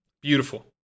Beautiful